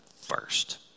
first